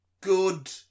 good